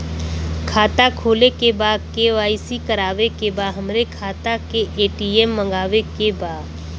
खाता खोले के बा के.वाइ.सी करावे के बा हमरे खाता के ए.टी.एम मगावे के बा?